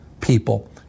people